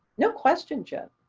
no questions yet.